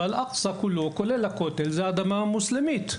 שהוא כולו כולל הכותל שייך לאדמה מוסלמית.